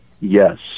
Yes